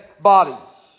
bodies